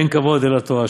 ואין כבוד אלא תורה,